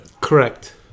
Correct